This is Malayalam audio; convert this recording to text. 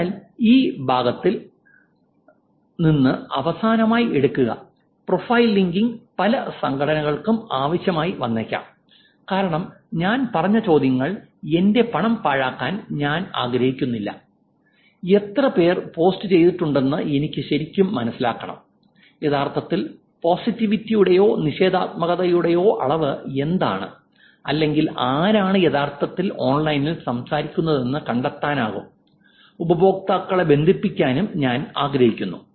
അതിനാൽ ഈ ഭാഗത്ത് നിന്ന് അവസാനമായി എടുക്കുക പ്രൊഫൈൽ ലിങ്കിംഗ് പല സംഘടനകൾക്കും ആവശ്യമായി വന്നേക്കാം കാരണം ഞാൻ പറഞ്ഞ ചോദ്യങ്ങൾ എന്റെ പണം പാഴാക്കാൻ ഞാൻ ആഗ്രഹിക്കുന്നില്ല എത്ര പേർ പോസ്റ്റുചെയ്തിട്ടുണ്ടെന്ന് എനിക്ക് ശരിക്കും മനസ്സിലാക്കണം യഥാർത്ഥത്തിൽ പോസിറ്റിവിറ്റിയുടെയോ നിഷേധാത്മകതയുടെയോ അളവ് എന്താണ് അല്ലെങ്കിൽ ആരാണ് യഥാർത്ഥത്തിൽ ഓൺലൈനിൽ സംസാരിക്കുന്നതെന്ന് കണ്ടെത്താനും ഉപയോക്താക്കളെ ബന്ധിപ്പിക്കാനും ഞാൻ ആഗ്രഹിക്കുന്നു